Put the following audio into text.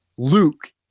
luke